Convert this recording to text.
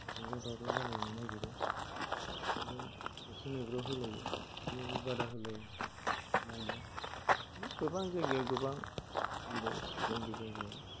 गावजोंगाव दावराव जालायनो नायगिरो बिदिनो एरसन एरब्र होलायो बिदियावबो बादा होलायो नांबाय बिदिनो गोबां जायगायाव गोबां सुबिदा उसुबिदानि गेजेराव